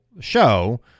show